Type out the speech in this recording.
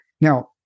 Now